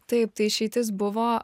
taip tai išeitis buvo